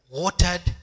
watered